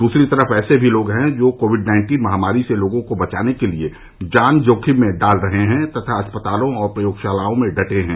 दूसरी तरफ ऐसे लोग मी हैं जो कोविड नाइन्टीन महामारी से लोगों को बचाने के लिए जान जोखिम में डाल रहे हैं तथा अस्पतालों और प्रयोगशालाओं में डटे हैं